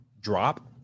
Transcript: drop